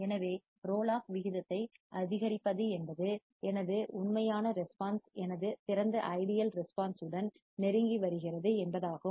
எனவே roll off விகிதத்தை அதிகரிப்பது என்பது எனது உண்மையான ரெஸ்பான்ஸ் எனது சிறந்த ஐடியல் ரெஸ்பான்ஸ் உடன் நெருங்கி வருகிறது என்பதாகும்